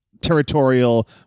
territorial